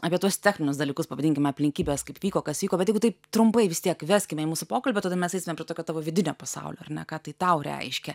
apie tuos techninius dalykus pavadinkime aplinkybes kaip vyko kas vyko bet jeigu taip trumpai vis tiek įveskime į mūsų pokalbį o tada mes eisime prie tokio tavo vidinio pasaulio ar ne ką tai tau reiškia